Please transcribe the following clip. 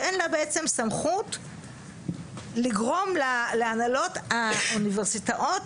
שאין לה בעצם סמכות לגרום להנהלות האוניברסיטאות